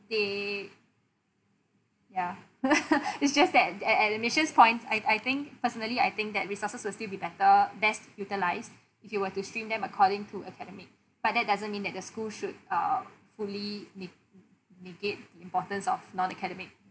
they ya it's just that at at admission point I I think personally I think that resources will still be better best utilise if you were to stream them according to academic but that doesn't mean that the school should uh fully ne~ negate importance of non academic